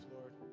Lord